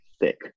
thick